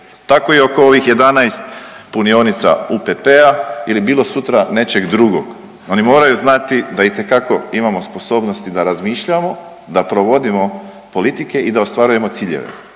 Tako i oko ovih 11 punionica UPP-a ili bilo sutra nečeg drugog, oni moraju znati da imamo sposobnosti da razmišljamo, da provodimo politike i da ostvarujemo ciljeve,